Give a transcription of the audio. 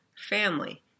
family